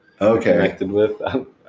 Okay